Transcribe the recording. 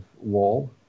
wall